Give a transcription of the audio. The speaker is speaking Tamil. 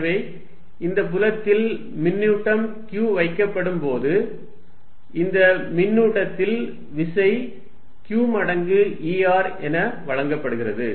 எனவே இந்த புலத்தில் மின்னூட்டம் q வைக்கப்படும் போது இந்த மின்னூட்டத்தில் விசை q மடங்கு E r என வழங்கப்படுகிறது